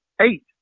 Eight